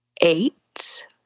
eight